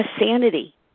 sanity